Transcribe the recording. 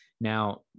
Now